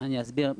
אני אסביר.